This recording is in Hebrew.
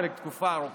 חלק תקופה ארוכה,